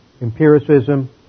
empiricism